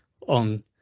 on